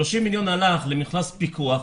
30 מיליון הלך למכרז פיקוח,